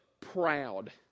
proud